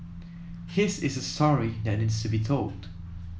his is a story that needs to be told